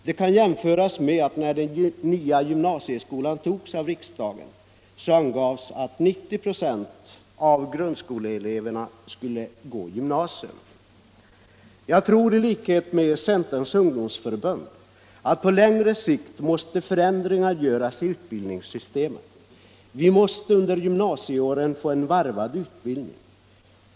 När riksdagen fattade sitt beslut om den nya gymnasieskolan angavs att 90 96 av grundskoleeleverna skulle fortsätta i gymnasium. Jag tror i likhet med Centerns ungdomsförbund att vi på längre sikt måste förändra utbildningssystemet. Vi måste under gymnasieåren få en varvad utbildning.